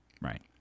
right